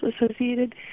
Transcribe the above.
associated